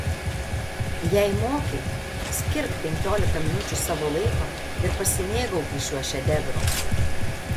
jei moki skirk penkiolika minučių savo laiko ir pasimėgauki šiuo šedevru